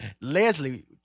Leslie